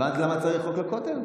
הבנת למה צריך חוק לכותל?